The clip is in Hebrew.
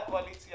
איפה אתם?